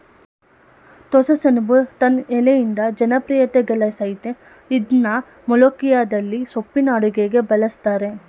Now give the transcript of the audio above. ಟೋಸ್ಸಸೆಣಬು ತನ್ ಎಲೆಯಿಂದ ಜನಪ್ರಿಯತೆಗಳಸಯ್ತೇ ಇದ್ನ ಮೊಲೋಖಿಯದಲ್ಲಿ ಸೊಪ್ಪಿನ ಅಡುಗೆಗೆ ಬಳುಸ್ತರೆ